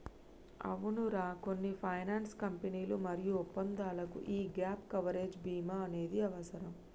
అవునరా కొన్ని ఫైనాన్స్ కంపెనీలు మరియు ఒప్పందాలకు యీ గాప్ కవరేజ్ భీమా అనేది అవసరం